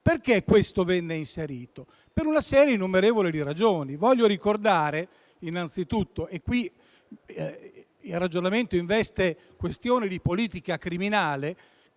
Perché vennero inseriti? Per una serie innumerevole di ragioni. Voglio ricordare innanzitutto - qui il ragionamento investe questioni di politica criminale